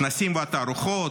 הכנסים והתערוכות,